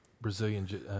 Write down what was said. Brazilian